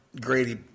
grady